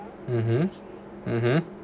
mmhmm mmhmm